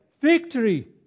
victory